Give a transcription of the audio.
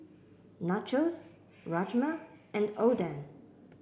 Nachos Rajma and Oden